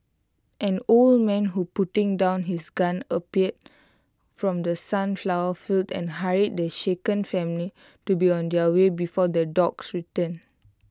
an old man who putting down his gun appeared from the sunflower fields and hurried the shaken family to be on their way before the dogs return